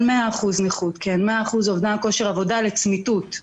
על 100% נכות, 100% אובדן כושר עבודה לצמיתות.